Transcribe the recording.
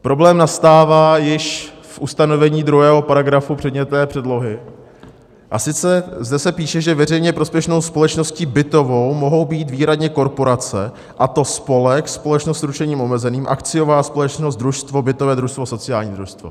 Problém nastává již v ustanovení druhého paragrafu předmětové předlohy, a sice zde se píše, že veřejně prospěšnou společností bytovou mohou být výhradně korporace, a to spolek, společnost s ručením omezeným, akciová společnost, družstvo, bytové družstvo, sociální družstvo.